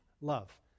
love